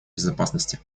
безопасности